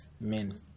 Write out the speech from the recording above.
men